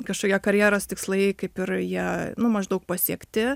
kažkokie karjeros tikslai kaip ir jie nu maždaug pasiekti